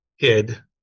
kid